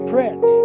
Prince